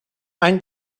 any